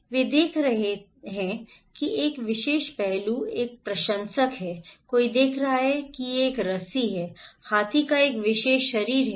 वे देख रहे हैं कि एक विशेष पहलू एक प्रशंसक है कोई देख रहा है कि यह एक रस्सी है हाथी का एक विशेष शरीर है